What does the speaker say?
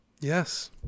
Yes